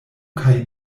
kaj